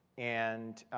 and